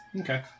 Okay